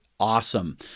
Awesome